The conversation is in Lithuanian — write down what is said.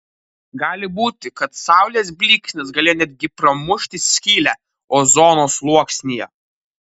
gali būti kad saulės blyksnis galėjo netgi pramušti skylę ozono sluoksnyje